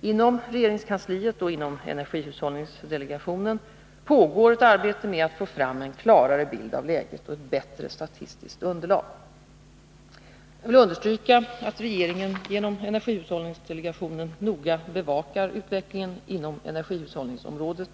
Inom regeringskansliet och inom EHD pågår ett arbete med att få fram en klarare bild av läget och ett bättre statistiskt underlag. Jag vill understryka att regeringen genom EHD noga bevakar utvecklingen inom energihushållningsområdet.